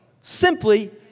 Simply